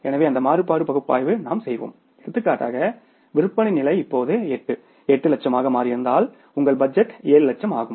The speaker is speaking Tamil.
எனவே அந்த மாறுபாடு பகுப்பாய்வு நாம் செய்வோம் எடுத்துக்காட்டாக விற்பனை நிலை இப்போது 8 8 லட்சமாக மாறியிருந்தால் உங்கள் பட்ஜெட் 7 லட்சம் ஆகும்